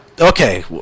Okay